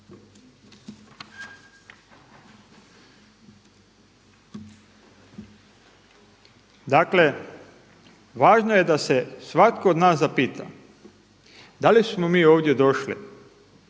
Dakle, važno je da se svatko od nas zapita da li smo mi ovdje došli